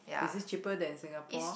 is it cheaper than Singapore